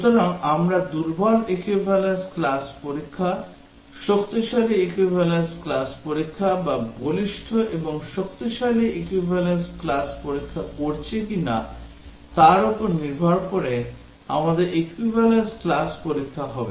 সুতরাং আমরা দুর্বল equivalence class পরীক্ষা শক্তিশালী equivalence class পরীক্ষা বা বলিষ্ঠ এবং শক্তিশালী equivalence class পরীক্ষা করছি কিনা তার উপর নির্ভর করে আমাদের equivalence class পরীক্ষা হবে